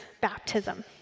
baptism